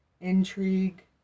intrigue